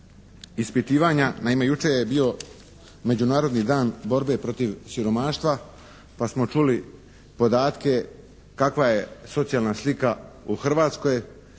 ispitivanja. Naime jučer je bio Međunarodni dan borbe protiv siromaštva, pa smo čuli podatke kakva je socijalna slika u Hrvatskoj